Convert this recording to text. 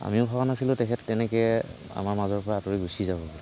আমিও ভবা নাছিলোঁ তেখেত তেনেকৈ আমাৰ মাজৰ পৰা আঁতৰি গুচি যাব বুলি